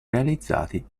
realizzati